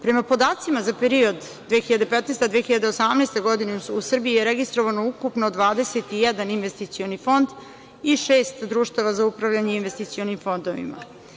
Prema podacima za period od 2015. do 2018. godine, u Srbiji je registrovan ukupno 21 investicioni fond i šest društava za upravljanje investicionim fondovima.